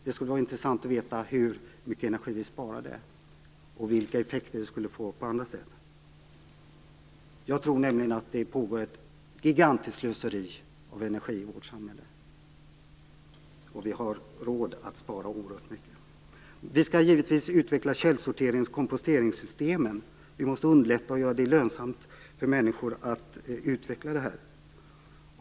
Det skulle vara intressant att veta hur mycket energi vi skulle spara på det viset och vilka effekter det skulle få på andra sätt. Jag tror nämligen att det pågår ett gigantiskt slöseri med energi i vårt samhälle och att vi har råd att spara oerhört mycket. Vi skall givetvis utveckla källsorterings och komposteringssystemen. Vi måste underlätta och göra det lönsamt för människor att utveckla det här.